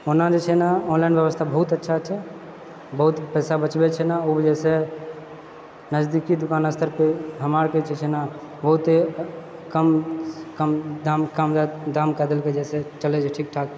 ओना जे छै ने ऑनलाइन व्यवस्था बहुत अच्छा छै बहुत पैसा बचबै छै ने ओहि वजहसँ नजदीकके दूकान अच्छा छै हमरा आरके जे छै ने बहुते कम कम धान तान आर धान काटैके लिए जाइत छै तहि लिए ठीकठाक